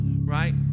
right